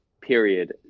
period